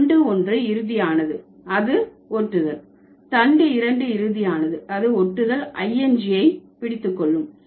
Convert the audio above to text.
தண்டு ஒன்று இறுதியானது அது ஒட்டுதல் தண்டு இரண்டு இறுதியானது அது ஒட்டுதல் i n g ஐ பிடித்து கொள்ளும்